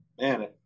Man